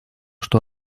что